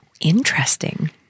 Interesting